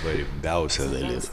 svarbausia dalis